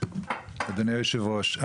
אדוני היושב ראש,